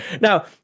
now